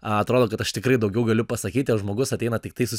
atrodo kad aš tikrai daugiau galiu pasakyti o žmogus ateina tiktai su